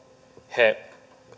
he